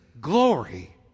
glory